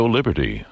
Liberty